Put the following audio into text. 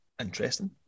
interesting